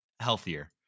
healthier